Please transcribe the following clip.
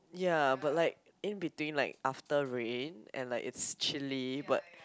ya but like in between like after rain and like it's chilly but